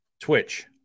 Twitch